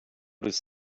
does